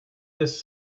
this